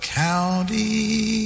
county